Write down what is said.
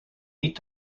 niet